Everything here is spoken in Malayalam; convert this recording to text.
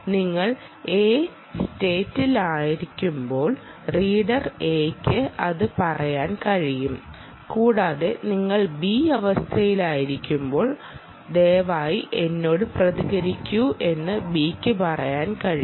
നിങ്ങൾ A സ്റ്റേറ്റിലായിരിക്കുമ്പോൾ റീഡർ എയ്ക്ക് അത് പറയാൻ കഴിയും കൂടാതെ നിങ്ങൾ B അവസ്ഥയിലായിരിക്കുമ്പോൾ ദയവായി എന്നോട് പ്രതികരിക്കൂ എന്ന് Bക്ക് പറയാൻ കഴിയും